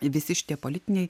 ir visi šitie politiniai